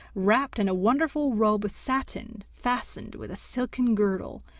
wrapped in a wonderful robe of satin fastened with a silken girdle,